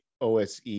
ose